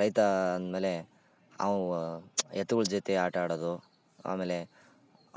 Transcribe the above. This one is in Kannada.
ರೈತ ಅಂದಮೇಲೆ ಅವ್ವ ಎತ್ತುಗಳ ಜೊತೆ ಆಟ ಆಡೋದು ಆಮೇಲೆ